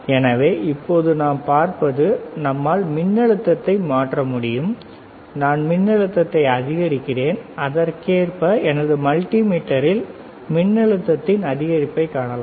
எனவே இப்போது நாம் பார்ப்பது நம்மால் மின்னழுத்தத்தை மாற்ற முடியும் நான் மின்னழுத்தத்தை அதிகரிக்கிறேன் அதற்கேற்ப எனது மல்டிமீட்டரில் மின்னழுத்தத்தின் அதிகரிப்பைக் காணலாம்